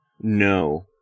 No